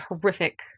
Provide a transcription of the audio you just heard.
horrific